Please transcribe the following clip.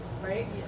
Right